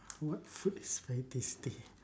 what food is very tasty